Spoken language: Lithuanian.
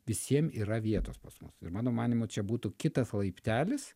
visiem yra vietos pas mus ir mano manymu čia būtų kitas laiptelis